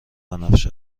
بنفش